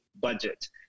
budget